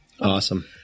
Awesome